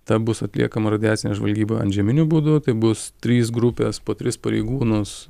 ta bus atliekama radiacinė žvalgyba antžeminiu būdu tai bus trys grupės po tris pareigūnus